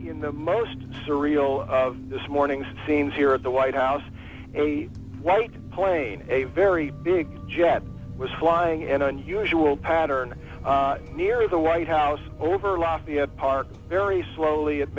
in the most surreal of this morning's scenes here at the white house a white plane a very big jet was flying in an unusual pattern near the white house over lafayette park very slowly it